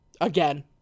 Again